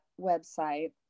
website